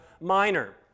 Minor